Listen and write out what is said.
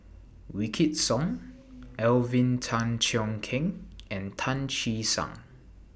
Wykidd Song Alvin Tan Cheong Kheng and Tan Che Sang